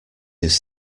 his